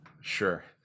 Sure